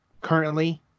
currently